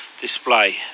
Display